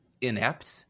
inept